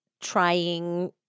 trying